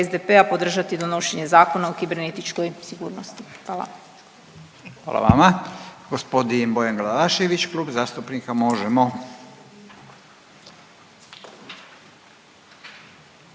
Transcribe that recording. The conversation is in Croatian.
SDP-a podržati donošenje Zakona o kibernetičkoj sigurnosti. Hvala. **Radin, Furio (Nezavisni)** Gospodin Bojan Glavašević Klub zastupnika Možemo!